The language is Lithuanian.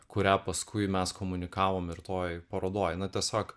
kurią paskui mes komunikavom ir toj parodoj na tiesiog